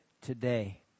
today